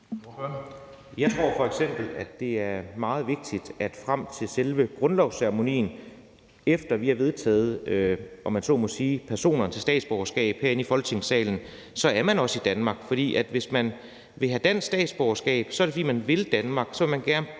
Jeg tror f.eks., at det er meget vigtigt, at man frem til selve grundlovsceremonien, efter vi har godkendt, om man så må sige, de personer til statsborgerskab herinde i Folketingssalen, også er i Danmark. For hvis man vil have dansk statsborgerskab, er det, fordi man gerne vil Danmark og gerne